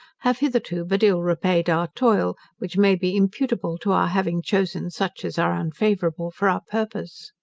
have hitherto but ill repaid our toil, which may be imputable to our having chosen such as are unfavourable for our purpose.